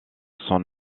son